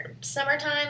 summertime